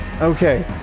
Okay